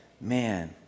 man